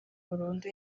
burundu